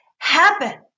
Happen